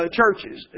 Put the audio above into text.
churches